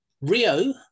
Rio